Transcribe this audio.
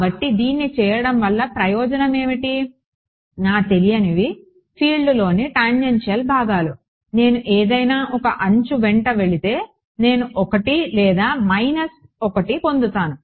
కాబట్టి దీన్ని చేయడం వల్ల ప్రయోజనం ఏమిటి నా తెలియనివి ఫీల్డ్లోని టాంజెన్షియల్ భాగాలు నేను ఏదైనా ఒక అంచు వెంట వెళితే నేను 1 లేదా మైనస్ 1 పొందుతాను